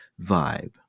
vibe